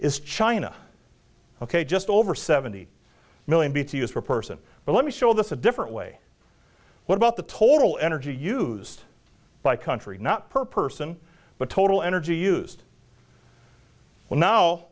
is china ok just over seventy million b t u s per person but let me show this a different way what about the total energy used by country not per person but total energy used well now